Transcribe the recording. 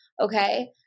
Okay